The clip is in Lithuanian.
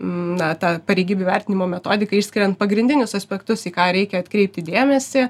na tą pareigybių vertinimo metodiką išskiriant pagrindinius aspektus į ką reikia atkreipti dėmesį